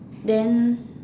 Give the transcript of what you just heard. then